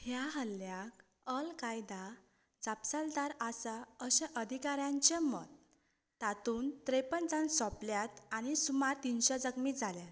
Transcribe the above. ह्या हल्ल्याक अल कायदा जापसालदार आसा अशें अधिकाऱ्यांचें मत तातूंत त्रेपन्न जाण सोंपल्यात आनी सुमार तिनशें जखमी जाल्यात